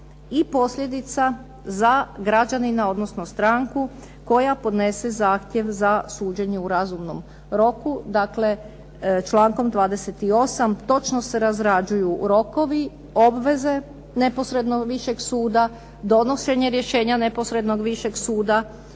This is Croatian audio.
i posljedica za građanina odnosno stranku koja podnese zahtjev za suđenje u razumnom roku. Dakle, člankom 28. točno se razrađuju rokovi, obveze neposredno višeg suda, donošenje rješenja neposrednog višeg suda,